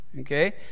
okay